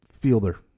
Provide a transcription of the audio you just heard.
fielder